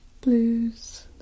blues